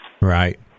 Right